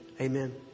Amen